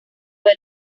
del